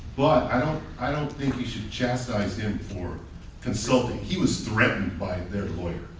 but i don't think you should chastise him for consulting. he was threatened by their lawyer.